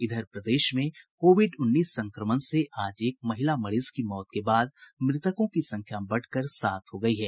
इधर प्रदेश में कोविड उन्नीस संक्रमण से आज एक महिला मरीज की मौत के बाद मृतकों की संख्या बढ़कर सात हो गयी है